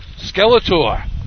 Skeletor